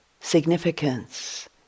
significance